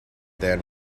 than